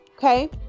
Okay